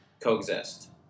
coexist